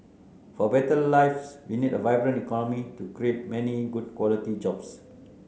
for better lives we need a vibrant economy to create many good quality jobs